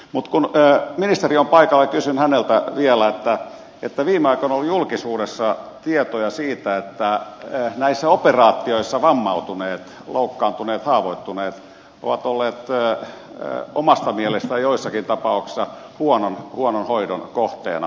mutta kun ministeri on paikalla kysyn häneltä vielä siitä kun viime aikoina on ollut julkisuudessa tietoja siitä että näissä operaatioissa vammautuneet loukkaantuneet haavoittuneet ovat olleet omasta mielestään joissakin tapauksissa huonon hoidon kohteena